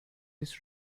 these